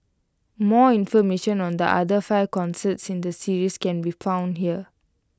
more information on the other five concerts in the series can be found here